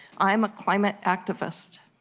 i'm a climate activist.